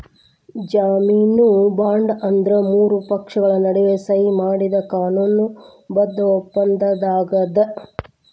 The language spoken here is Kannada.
ಜಾಮೇನು ಬಾಂಡ್ ಅಂದ್ರ ಮೂರು ಪಕ್ಷಗಳ ನಡುವ ಸಹಿ ಮಾಡಿದ ಕಾನೂನು ಬದ್ಧ ಒಪ್ಪಂದಾಗ್ಯದ